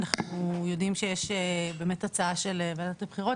אנחנו יודעים שיש באמת הצעה של וועדת הבחירות